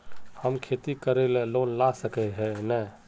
हम खेती करे ले लोन ला सके है नय?